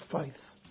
faith